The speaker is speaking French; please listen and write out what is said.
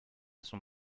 son